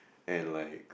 and like